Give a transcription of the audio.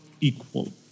equal